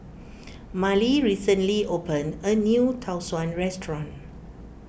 Marley recently opened a new Tau Suan restaurant